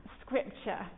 scripture